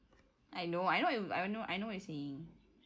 I know I know what yo~ I know I know what you're saying